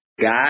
God